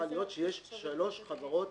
שיש שלוש חברות